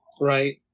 Right